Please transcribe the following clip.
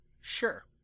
Sure